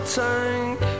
tank